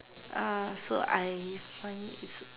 so I find it